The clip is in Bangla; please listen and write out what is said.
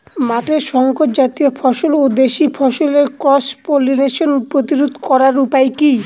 মাঠের শংকর জাতীয় ফসল ও দেশি ফসলের মধ্যে ক্রস পলিনেশন প্রতিরোধ করার উপায় কি?